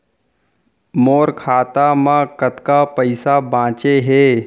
मोर खाता मा कतका पइसा बांचे हे?